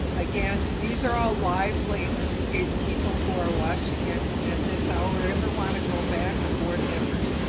um again, these are all live links in case people who are watching it at this hour ever want to go back, or board members.